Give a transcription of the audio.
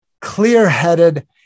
clear-headed